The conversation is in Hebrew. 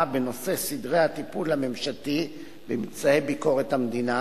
בנושא סדרי הטיפול הממשלתי בממצאי ביקורת המדינה,